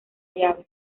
llave